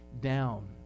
down